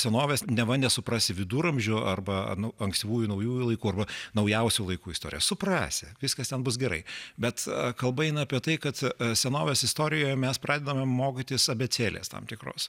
senovės neva nesuprasi viduramžių arba nu ankstyvųjų naujųjų laikų arba naujausių laikų istorijos suprasi viskas ten bus gerai bet kalba eina apie tai kad senovės istorijoje mes pradedame mokytis abėcėlės tam tikros